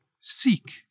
seek